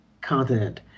continent